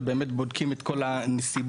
ובאמת בודקים את כל הנסיבות,